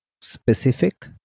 specific